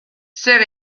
zer